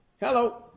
Hello